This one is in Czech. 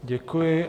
Děkuji.